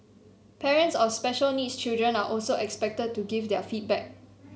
parents of special needs children are also expected to give their feedback